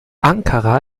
ankara